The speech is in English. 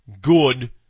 good